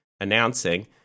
announcing